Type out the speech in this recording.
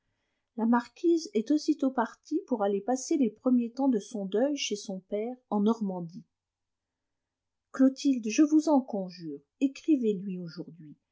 la marquise est aussitôt partie pour aller passer les premiers temps de son deuil chez son père en normandie clotilde je vous en conjure écrivez lui aujourd'hui